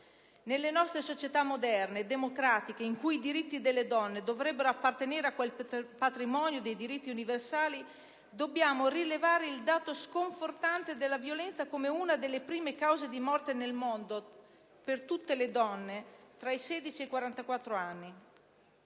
Nelle nostre società moderne e democratiche, in cui i diritti delle donne dovrebbero appartenere a quel patrimonio di diritti universali, dobbiamo rilevare il dato sconfortante della violenza come una tra le prime cause di morte nel mondo per le donne tra i 16 e i 44 anni.